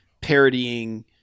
parodying